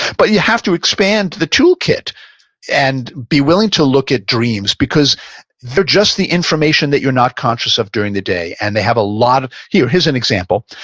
but you have to expand the toolkit and be willing to look at dreams because they're just the information that you're not conscious of during the day and they have a lot here. here's an example,